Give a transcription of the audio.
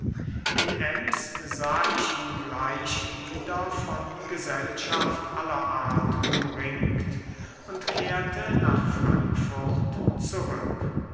in ems sah ich ihn gleich wieder von gesellschaft aller art umringt und kehrte nach frankfurt zurück